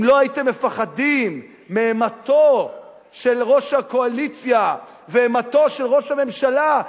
אם לא הייתם מפחדים מאימתו של ראש הקואליציה ואימתו של ראש הממשלה,